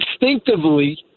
instinctively